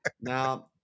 Now